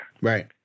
Right